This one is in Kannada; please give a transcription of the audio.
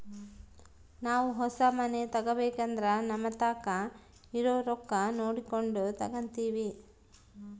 ನಾವು ಹೊಸ ಮನೆ ತಗಬೇಕಂದ್ರ ನಮತಾಕ ಇರೊ ರೊಕ್ಕ ನೋಡಕೊಂಡು ತಗಂತಿವಿ